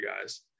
guys